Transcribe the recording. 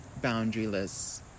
boundaryless